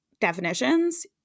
definitions